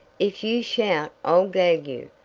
if you shout i'll gag you,